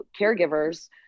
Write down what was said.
caregivers